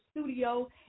studio